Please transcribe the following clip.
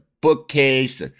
bookcase